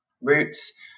roots